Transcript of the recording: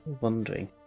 wondering